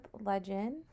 Legend